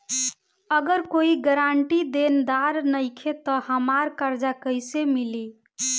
अगर कोई गारंटी देनदार नईखे त हमरा कर्जा कैसे मिली?